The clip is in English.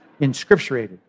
inscripturated